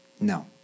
no